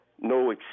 no